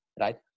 right